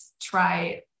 try